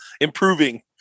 improving